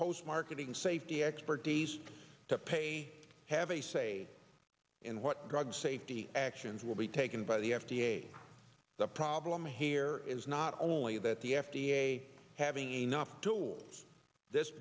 post marketing safety expertise to pay have a say in what drug safety actions will be taken by the f d a the problem here is not only that the f d a having enough tools this